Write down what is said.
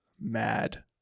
mad